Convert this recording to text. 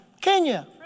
Kenya